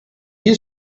you